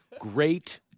great